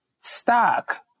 stock